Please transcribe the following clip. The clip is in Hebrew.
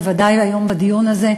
בוודאי היום בדיון הזה,